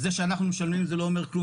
העובדה שאנחנו משלמים לא אומרת דבר,